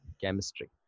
chemistry